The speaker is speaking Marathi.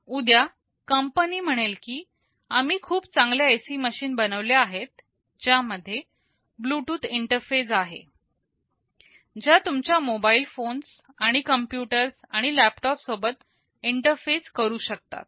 उद्या कंपनी म्हणेल की आम्ही खूप चांगल्या एसी मशीन बनवले आहेत ज्यामध्ये ब्लूटूथ इंटरफेस आहे ज्या तुमच्या मोबाईल फोन्स आणि कम्प्युटर्स आणि लॅपटॉप सोबत इंटरफेस करू शकतात